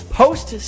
post